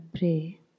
pray